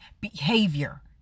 behavior